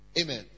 Amen